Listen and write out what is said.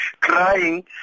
crying